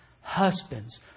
husbands